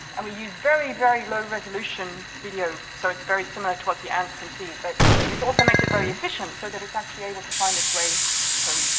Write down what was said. and we use very, very low resolution video, so it's very similar to what the ants can see. but it also makes it very efficient, so that it's actually able to find its way home.